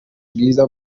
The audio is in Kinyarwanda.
bwiza